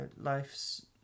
life's